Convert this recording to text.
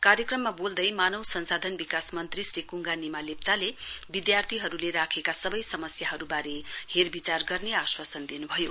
कार्यक्रममा बोल्दै मानव संसाधन विकास मन्त्री श्री कुइगा निमा लेप्चाले विधार्थीहरुले राखेका सबै समस्याहरुवारे हेर विचार गर्ने आश्वासन दिनु भयो